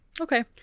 Okay